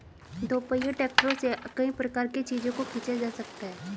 दोपहिया ट्रैक्टरों से कई प्रकार के चीजों को खींचा जा सकता है